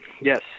Yes